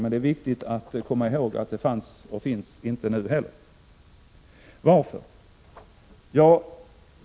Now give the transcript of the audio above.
Men det är viktigt att komma ihåg att det inte funnits och finns inte nu heller. Varför?